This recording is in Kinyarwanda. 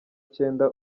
cyenda